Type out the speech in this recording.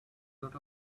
lot